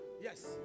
Yes